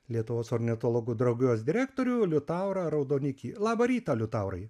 lietuvos ornitologų draugijos direktorių liutaurą raudonikį labą rytą liutaurai